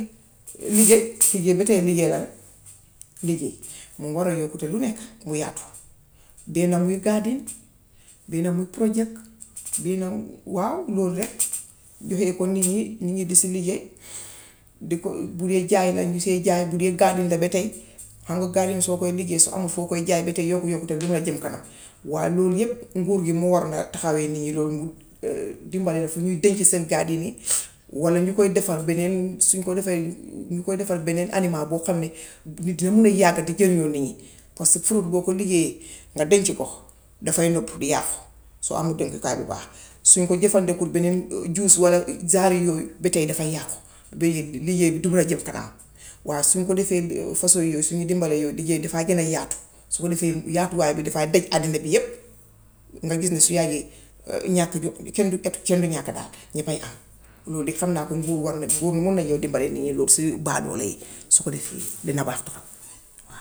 Liggéey be tay liggéey la, liggéey moo waral yokkute lu nekk mu yàq: benna muy garden, benna muy project, benna waaw loolu rekk, defee ko nii nii nit ñi di si liggéey, di ko, bu dee jaay la ñu see jaay. Bu dee garden la ba tay. Xam nga garden soo koy liggéey soo amul foo koo jaay be tay yokk yokkute du manee jem kanam. Waaye loolu yépp nguur gi moo waroon a taxawee nit ñi. Loolu u wut fu ñuy denc seen garden yi walla ñu koy defer beneen. Suñ koo defee beneen ñu ko defee beneen animal boo xam ne ñu jëm ne yàgg di jëriñoo nit ñi paska fruit boo koo liggéeyee, nga denc, dafaay nob di yàqu soo amut dencukaay bu baax. Suñ ko jëfandiku beneen juice walla genre i yooyu be tay dafay yàqu. Liggéey bi du man a jëm kanam. Waa suñ ko defee façon yooyu, suñ dimbalee yooyu liggéey bi dafaa gën a yaatu. Su ko defee yaatuwaay bi defaa daj àdduna bi yépp, nga gis ni su yàggee ñàkk jóg. Kenn du etu, kenn du ñàkk daal, ñéppay am. Lool de xam naa ko nguur war nañ mun nañoo dimabali nii si baadoola yi. Su ko defee dina baax torob.